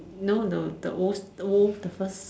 no the the old the old the first